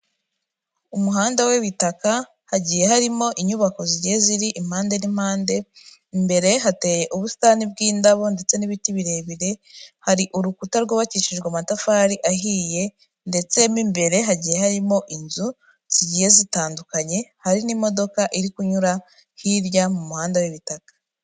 Umuhanda w'ibitaka hagiye harimo inyubako zigiye ziri impande n'impande, imbere hateye ubusitani bw'indabo ndetse n'ibiti birebire, hari urukuta rwubakishijwe amatafari ahiye ndetse mu imbere hagiye harimo inzu zigiye zitandukanye, hari n'imodoka iri kunyura hirya mu muhanda w'ibitaka.